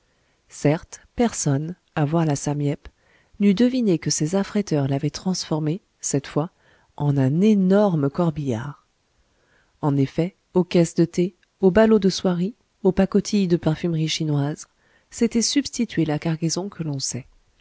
certes personne à voir la sam yep n'eût deviné que ses affréteurs l'avaient transformée cette fois en un énorme corbillard en effet aux caisses de thé aux ballots de soieries aux pacotilles de parfumeries chinoises s'était substituée la cargaison que l'on sait